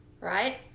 right